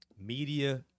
Media